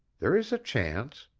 there is a chance.